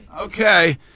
Okay